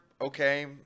okay